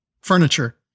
furniture